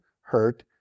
hurt